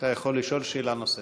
אתה יכול לשאול שאלה נוספת.